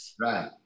right